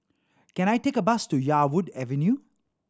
can I take a bus to Yarwood Avenue